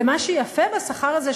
ומה שיפה בשכר הזה,